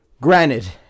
granted